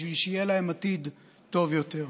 בשביל שיהיה להם עתיד טוב יותר.